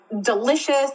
delicious